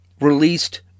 released